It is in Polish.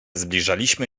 zbliżaliśmy